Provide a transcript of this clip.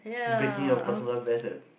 breaking your personal best and